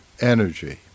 energy